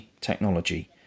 technology